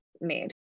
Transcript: made